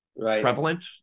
prevalent